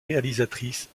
réalisatrice